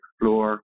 explore